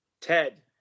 TED